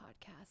podcast